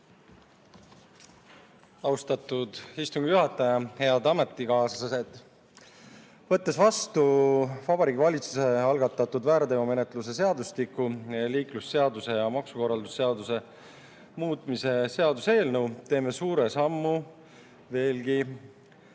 Austatud istungi juhataja! Head ametikaaslased! Võttes vastu Vabariigi Valitsuse algatatud väärteomenetluse seadustiku, liiklusseaduse ja maksukorralduse seaduse muutmise seaduse, teeme suure sammu veelgi